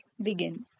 begin